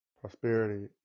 prosperity